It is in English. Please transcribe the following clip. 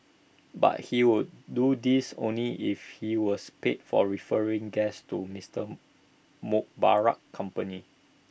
but he would do this only if he was paid for referring guests to Mister Mubarak's company